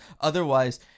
otherwise